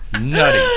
Nutty